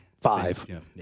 five